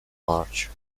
march